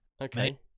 okay